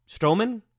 Strowman